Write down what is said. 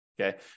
okay